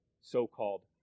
so-called